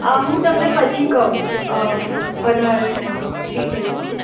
આ હું તમને પછી કહું વધારે ડિટેલમાં